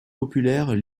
populaires